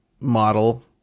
model